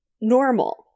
Normal